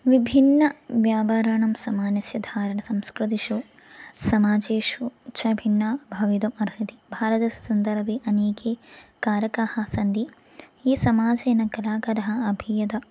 विभिन्नव्यापाराणं समानस्य धारणसंस्कृतिषु समाजेषु च भिन्ना भवितुम् अर्हति भारतस्य सन्दर्भे अनेके कारकाः सन्ति ये समाजेन कलाकरः अपि यदा